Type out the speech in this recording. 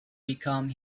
become